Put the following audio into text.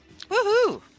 Woohoo